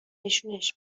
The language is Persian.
نشونش